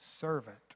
servant